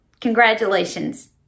Congratulations